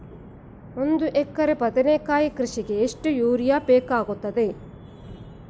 ಒಂದು ಎಕರೆ ಬದನೆಕಾಯಿ ಕೃಷಿಗೆ ಎಷ್ಟು ಯೂರಿಯಾ ಬೇಕಾಗುತ್ತದೆ?